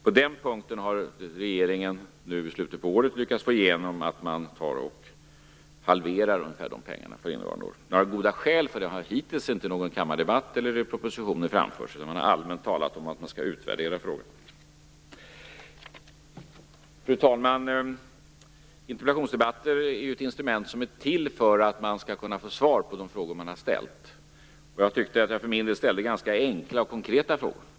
På den punkten lyckades regeringen i slutet av året få igenom ungefär en halvering av de pengarna för innevarande år. Några goda skäl för det har hittills inte framförts i någon kammardebatt eller i propositioner, utan man har allmänt sagt att man skall utvärdera frågan. Fru talman! Interpellationsdebatter är ett instrument som är till för att man skall kunna få svar på de frågor man har ställt. Jag tyckte att jag ställde ganska enkla och konkreta frågor.